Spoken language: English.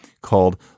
called